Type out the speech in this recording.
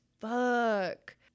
fuck